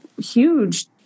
huge